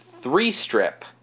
three-strip